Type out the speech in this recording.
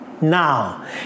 Now